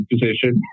position